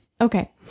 okay